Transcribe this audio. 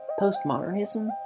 postmodernism